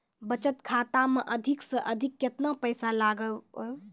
बचत खाता मे अधिक से अधिक केतना पैसा लगाय ब?